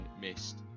missed